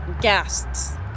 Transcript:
Guests